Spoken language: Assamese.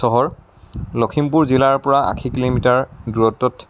চহৰ লখিমপুৰ জিলাৰ পৰা আশী কিলোমিটাৰ দূৰত্বত